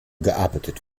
gearbeitet